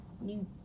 New